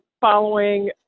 following